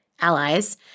allies